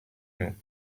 nous